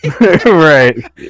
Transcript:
Right